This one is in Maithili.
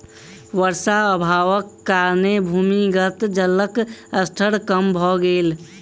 वर्षा अभावक कारणेँ भूमिगत जलक स्तर कम भ गेल